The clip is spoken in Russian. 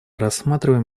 рассматриваем